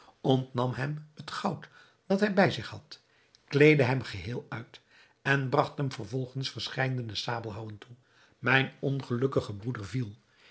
ontnam hem het goud dat hij bij zich had kleedde hem geheel uit en bragt hem vervolgens verscheidene sabelhouwen toe mijn ongelukkige broeder viel